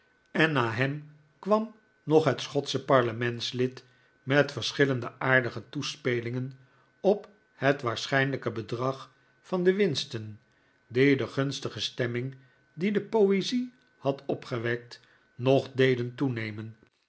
en na hem kwam nog het schotsche parlenientsiid met verschillende aardige toespelingen op het waarschijnlijke bedrag van de winsten die de gunstige stemming die de poezie had opgewekt nog deden toenemen